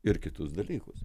ir kitus dalykus